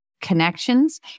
connections